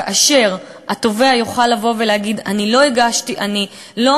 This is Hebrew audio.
כאשר התובע יוכל לבוא ולהגיד: אני לא